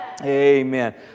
Amen